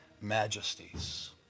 majesties